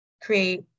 create